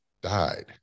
died